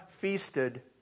feasted